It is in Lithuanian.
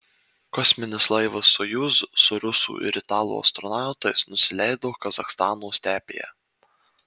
kosminis laivas sojuz su rusų ir italų astronautais nusileido kazachstano stepėje